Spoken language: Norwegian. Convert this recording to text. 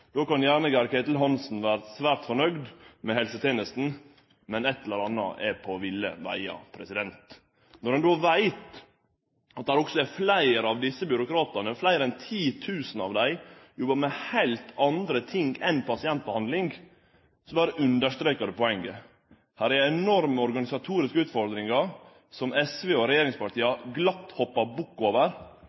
Då kan gjerne Geir-Ketil Hansen vere svært fornøgd med helsetenestene, men eit eller anna er på ville vegar. Når ein då veit at også fleire av desse byråkratane – fleire enn 10 000 – jobbar med heilt andre ting enn pasientbehandling, berre understrekar det poenget. Her er det enorme organisatoriske utfordringar, som SV og regjeringspartia glatt hoppar bukk over,